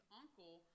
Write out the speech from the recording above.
uncle